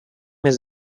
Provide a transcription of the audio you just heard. his